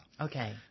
Okay